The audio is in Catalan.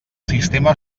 sistema